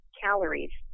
calories